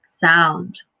sound